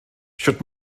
sut